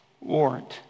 warrant